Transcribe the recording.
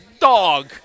dog